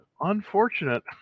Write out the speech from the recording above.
unfortunate